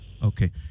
okay